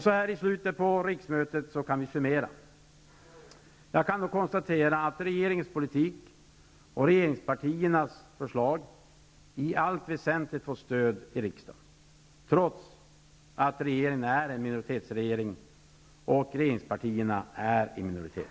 Så här i slutet på riksmötet kan vi summera. Jag kan då konstatera att regeringens politik och regeringspartiernas förslag i allt väsentligt fått stöd i riksdagen, trots att regeringen är en minoritetsregering och regeringspartierna är i minoritet.